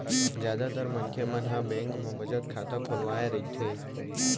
जादातर मनखे मन ह बेंक म बचत खाता खोलवाए रहिथे